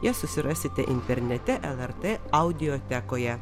jas susirasite internete lrt audiotekoje